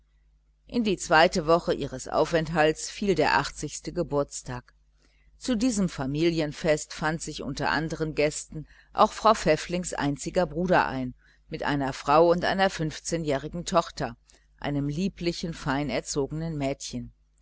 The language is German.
in die zweite woche ihres aufenthalts fiel der achtzigste geburtstag zu diesem familienfest fand sich unter andern gästen auch frau pfäfflings einziger bruder ein mit seiner frau und einer fünfzehnjährigen tochter einem lieblichen fein erzogenen mädchen